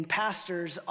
pastors